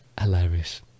Hilarious